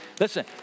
Listen